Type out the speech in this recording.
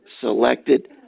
selected